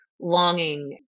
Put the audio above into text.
longing